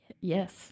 Yes